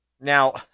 now